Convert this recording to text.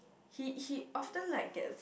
he he often like get